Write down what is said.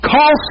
Call